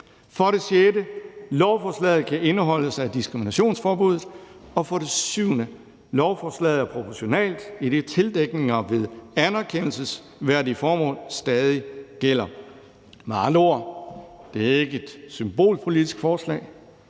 For det sjette kan lovforslaget indeholdes af diskriminationsforbuddet. For det syvende er lovforslaget proportionalt, idet tildækninger ved anerkendelsesværdige formål stadig gælder. Med andre ord er det ikke et symbolpolitisk forslag.